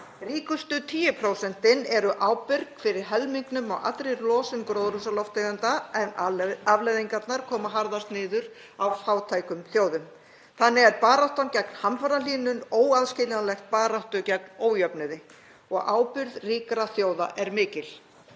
Ríkustu 10% eru ábyrg fyrir helmingnum af allri losun gróðurhúsalofttegunda en afleiðingarnar koma harðast niður á fátækum þjóðum. Þannig er baráttan gegn hamfarahlýnun óaðskiljanleg baráttu gegn ójöfnuði og ábyrgð ríkra þjóða er mikil.